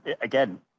again